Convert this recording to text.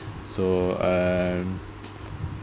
so um